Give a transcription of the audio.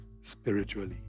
spiritually